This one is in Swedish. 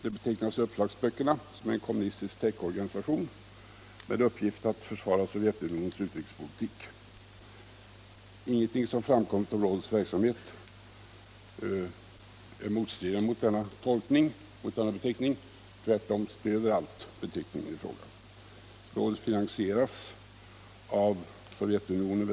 Det betecknas i uppslagsböckerna som en kommunistisk täckorganisation med uppgift att försvara Sovjetunionens utrikespolitik. Ingenting som framkommit om rådets verksamhet är stridande mot denna beteckning; tvärtom stöder allt beteckningen i fråga. Rådet finansieras väsentligen av Sovjetunionen.